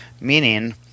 Meaning